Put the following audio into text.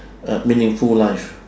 a meaningful life